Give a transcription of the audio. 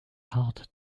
heart